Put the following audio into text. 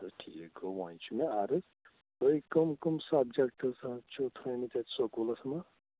اچھا ٹھیٖک گوٚو وۄنۍ چھُ مےٚ عرٕض تۄہہِ کٕم کٕم سَبجیٚکٹ حظ چھِو تھٲمٕتۍ اتہِ سَکوٗلَس منٛز